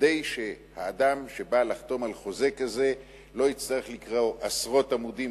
כדי שאדם שבא לחתום על חוזה כזה לא יצטרך לקרוא עשרות עמודים